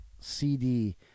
CD